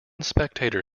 spectator